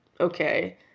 okay